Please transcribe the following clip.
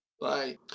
Bye